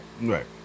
Right